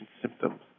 symptoms